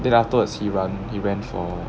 then afterwards he run he ran for